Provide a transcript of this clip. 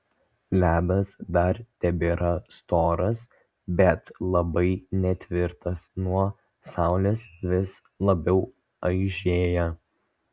ledas dar tebėra storas bet labai netvirtas nuo saulės vis labiau aižėja